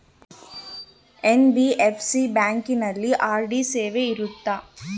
NBFC ಬ್ಯಾಂಕಿನಲ್ಲಿ RD ಸೇವೆ ಇರುತ್ತಾ?